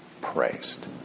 praised